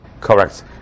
Correct